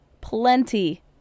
plenty